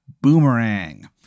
Boomerang